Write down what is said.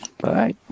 bye